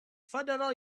federal